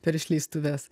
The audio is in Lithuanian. per išleistuves